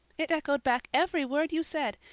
it echoed back every word you said,